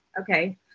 Okay